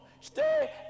stay